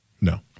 No